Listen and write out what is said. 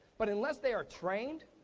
but unless they are trained,